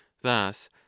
thus